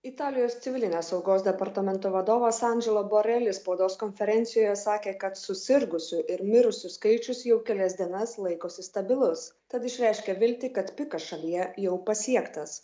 italijos civilinės saugos departamento vadovas andželo borelis spaudos konferencijoje sakė kad susirgusių ir mirusių skaičius jau kelias dienas laikosi stabilus tad išreiškė viltį kad pikas šalyje jau pasiektas